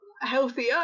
Healthier